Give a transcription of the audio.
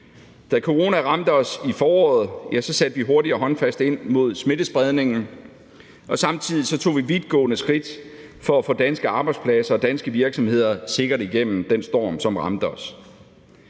Da corona ramte os i foråret, satte vi hurtigt og håndfast ind mod smittespredningen, og samtidig tog vi vidtgående skridt for at få danske arbejdspladser og danske virksomheder sikkert igennem den storm, som ramte os.